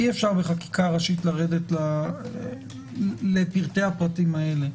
אי-אפשר בחקיקה ראשית לרדת לפרטי-הפרטים האלה.